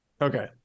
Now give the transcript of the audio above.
Okay